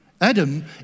Adam